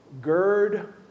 Gird